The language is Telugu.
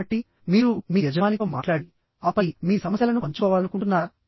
కాబట్టిమీరు మీ యజమానితో మాట్లాడిఆపై మీ సమస్యలను పంచుకోవాలనుకుంటున్నారా